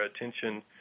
attention